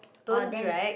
don't drag